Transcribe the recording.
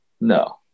No